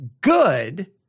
good